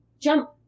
Jump